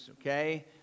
Okay